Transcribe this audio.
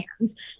hands